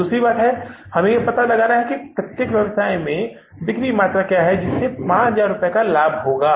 दूसरी बात यह है कि हमें यह पता लगाना होगा कि प्रत्येक व्यवसाय की बिक्री मात्रा कितनी है जिससे उसे 5000 रुपये का लाभ होगा